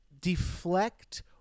deflect